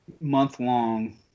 month-long